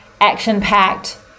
action-packed